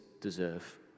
deserve